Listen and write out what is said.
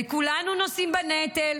וכולנו נושאים בנטל,